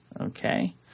Okay